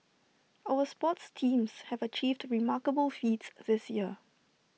our sports teams have achieved remarkable feats this year